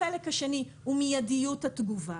החלק השני הוא מיידיות התגובה.